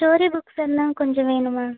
story புக்ஸெல்லாம் கொஞ்சம் வேணும் மேம்